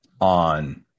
on